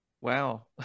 Wow